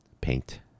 Paint